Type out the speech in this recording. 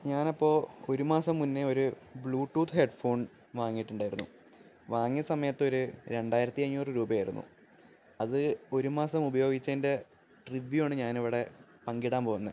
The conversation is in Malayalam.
ഞാനപ്പോള് ഒരു മാസം മുന്നേ ഒരു ബ്ലൂടൂത്ത് ഹെഡ്ഫോൺ വാങ്ങിയിട്ടുണ്ടായിരുന്നു വാങ്ങിയ സമയത്ത് ഒരു രണ്ടായിരത്തി അഞ്ഞൂറ് രൂപയായിരുന്നു അത് ഒരു മാസം ഉപയോഗിച്ചതിന്റെ റിവ്യു ആണ് ഞാനിവിടെ പങ്കിടാന് പോകുന്നെ